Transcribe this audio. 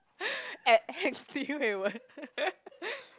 at angsty hui-wen